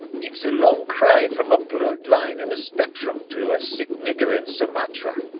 it's a long cry from a blurred line in a spectrum to a sick nigger in sumatra.